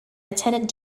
attended